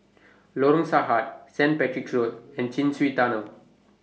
Lorong Sarhad Saint Patrick's Road and Chin Swee Tunnel